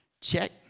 Check